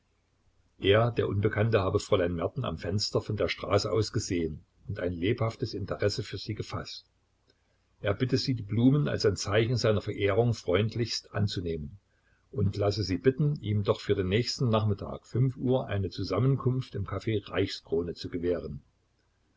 er der unbekannte habe fräulein merten am fenster von der straße aus gesehen und ein lebhaftes interesse für sie gefaßt er bitte sie die blumen als ein zeichen seiner verehrung freundlichst anzunehmen und lasse sie bitten ihm doch für den nächsten nachmittag fünf uhr eine zusammenkunft im caf reichskrone zu gewähren